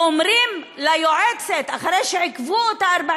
אומרים ליועצת אחרי שעיכבו אותה 40